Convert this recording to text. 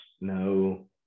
no